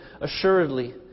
Assuredly